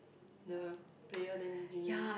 the player then you